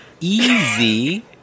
Easy